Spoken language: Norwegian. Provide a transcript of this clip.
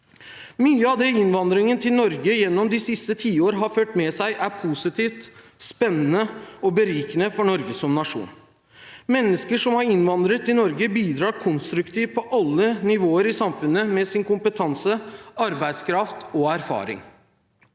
Mye av det innvandringen til Norge gjennom de siste tiår har ført med seg, er positivt, spennende og berikende for Norge som nasjon. Mennesker som har innvandret til Norge, bidrar konstruktivt på alle nivåer i samfunnet med sin kompetanse, arbeidskraft og erfaring.